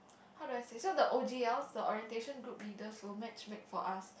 how do I say so the o_g_l the orientation group leaders will match make for us